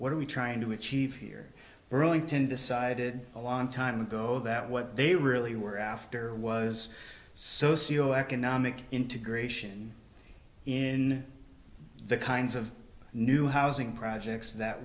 what are we trying to achieve here burlington decided a long time ago that what they really were after was socio economic integration in the kinds of new housing projects that